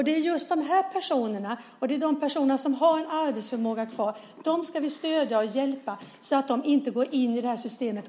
Det är just de personerna, de som har en arbetsförmåga kvar, som vi ska stödja och hjälpa så att de inte går in i systemet.